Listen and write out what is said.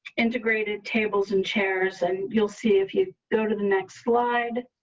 integrated tables and chairs and you'll see if you go to the next slide.